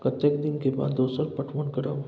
कतेक दिन के बाद दोसर पटवन करब?